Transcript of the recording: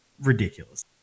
ridiculous